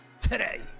Today